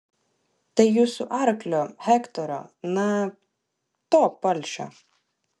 tai jūsų arklio hektoro na to palšio